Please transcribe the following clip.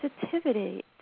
sensitivity